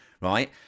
right